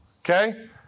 okay